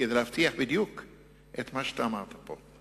כדי להבטיח בדיוק את מה שאמרת פה.